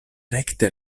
rekte